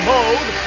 Mode